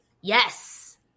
yes